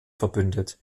verbündet